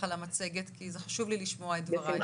על המצגת כי זה חשוב לי לשמוע את דבריך.